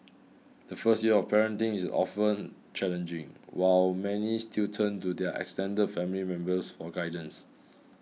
the first year of parenting is often challenging while many still turn to their extended family members for guidance